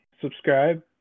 Subscribe